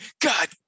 God